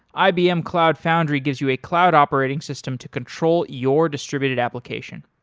ibm cloud foundry gives you a cloud operating system to control your distributed application.